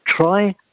try